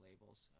labels